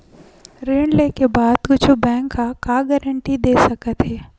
ऋण लेके बाद कुछु बैंक ह का गारेंटी दे सकत हे?